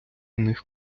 них